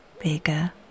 bigger